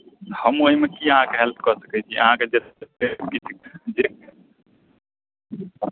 हम ओहिमे की अहाँके हेल्प कऽ सकैत छी अहाँके जतेक भी जे भी